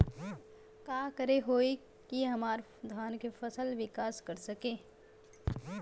का करे होई की हमार धान के फसल विकास कर सके?